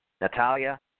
Natalia